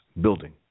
building